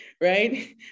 right